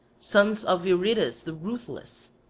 sons of eurytus the ruthless,